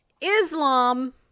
Islam